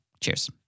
Cheers